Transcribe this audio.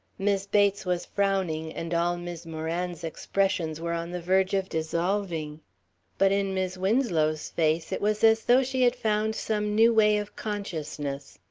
mis' bates was frowning and all mis' moran's expressions were on the verge of dissolving but in mis' winslow's face it was as though she had found some new way of consciousness.